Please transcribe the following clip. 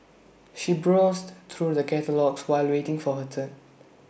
she browsed through the catalogues while waiting for her turn